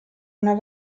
una